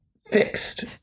fixed